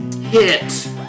hit